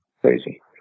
crazy